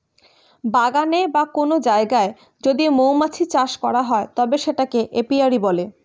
বাগানে বা কোন জায়গায় যদি মৌমাছি চাষ করা হয় তবে সেটাকে এপিয়ারী বলে